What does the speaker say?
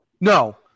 No